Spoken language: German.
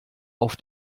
auf